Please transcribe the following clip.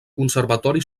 conservatori